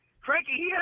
Cranky